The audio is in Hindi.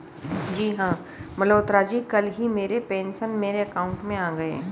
जी हां मल्होत्रा जी कल ही मेरे पेंशन मेरे अकाउंट में आ गए